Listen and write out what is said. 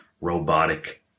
robotic